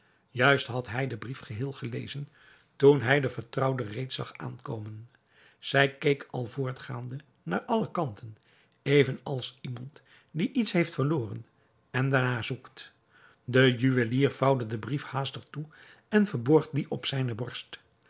juist had hij den brief geheel gelezen toen hij de vertrouwde reeds zag aankomen zij keek al voortgaande naar alle kanten even als iemand die iets heeft verloren en daar naar zoekt de juwelier vouwde den brief haastig toe en verborg dien op zijne borst